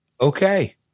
Okay